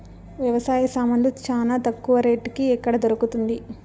వ్యవసాయ సామాన్లు చానా తక్కువ రేటుకి ఎక్కడ దొరుకుతుంది?